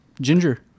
Ginger